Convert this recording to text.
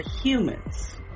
humans